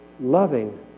loving